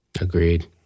Agreed